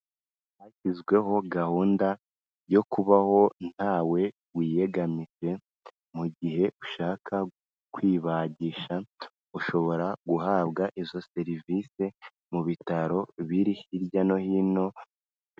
Hashyizweho gahunda yo kubaho ntawe wiyegamije, mu gihe ushaka kwibagisha ushobora guhabwa izo serivise mu bitaro biri hirya no hino.